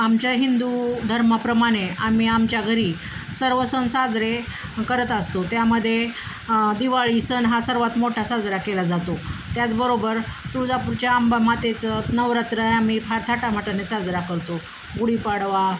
आमच्या हिंदू धर्माप्रमाणे आम्ही आमच्या घरी सर्व सण साजरे करत असतो त्यामध्ये दिवाळी सण हा सर्वात मोठा साजरा केला जातो त्याचबरोबर तुळजापूरच्या अंबा मातेचं नवरात्र आम्ही फार थाटामाटाने साजरा करतो गुढीपाडवा